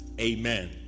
Amen